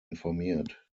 informiert